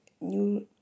New